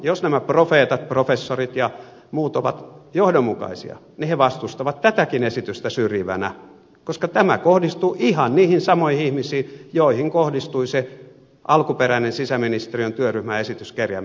jos nämä profeetat professorit ja muut ovat johdonmukaisia niin he vastustavat tätäkin esitystä syrjivänä koska tämä kohdistuu ihan niihin samoihin ihmisiin joihin kohdistui se alkuperäinen sisäministeriön työryhmän esitys kerjäämisen kieltämisestä